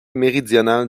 méridionale